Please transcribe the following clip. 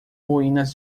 ruínas